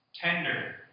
tender